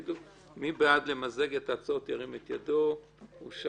ירים את ידו.